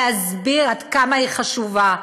להסביר עד כמה היא חשובה,